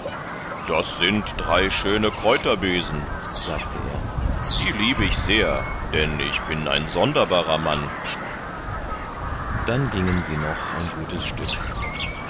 das sind drei schöne kräuterbesen sagte er die liebe ich sehr denn ich bin ein sonderbarer mann dann gingen sie noch ein gutes stück